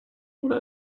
oder